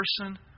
person